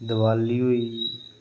दिवाली होई